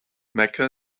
mecca